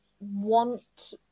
want